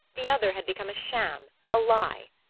the other had become a sham, a lie!